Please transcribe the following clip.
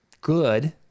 good